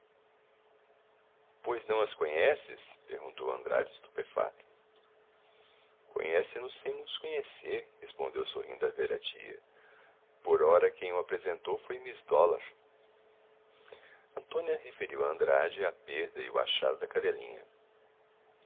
pois não as conheces perguntou andrade estupefato conhece nos sem nos conhecer respondeu sorrindo a velha tia por ora quem o apresentou foi miss dollar antônia referiu a andrade a perda e o achado da cadelinha